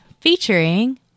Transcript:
featuring